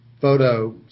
photo